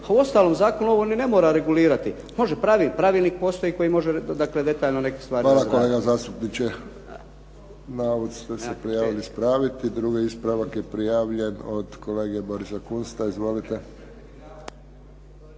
A uostalom zakon ovo ni ne mora regulirati. Može pravilnik. Pravilnik postoji koji može neke stvari